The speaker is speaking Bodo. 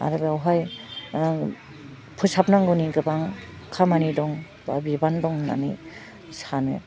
ओरो बावहाय ओह फोसाबनांगौनि गोबां खामानि दं बा बिबान दं होन्नानै सानो